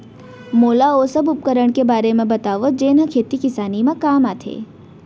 मोला ओ सब उपकरण के बारे म बतावव जेन ह खेती किसानी म काम आथे?